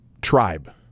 tribe